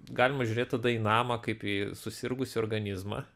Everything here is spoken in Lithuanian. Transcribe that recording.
galima žiūrėt tada į namą kaip į susirgusį organizmą